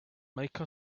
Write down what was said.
make